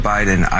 Biden